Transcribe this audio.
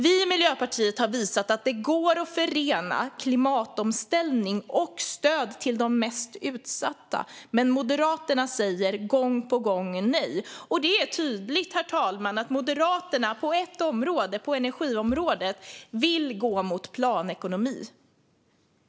Vi i Miljöpartiet har visat att det går att förena klimatomställning med stöd till de mest utsatta. Men Moderaterna säger gång på gång nej. Det är tydligt, herr talman, att Moderaterna på ett område, nämligen energiområdet, vill gå mot planekonomi.